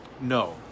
no